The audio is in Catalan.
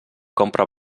compra